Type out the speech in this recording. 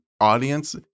audience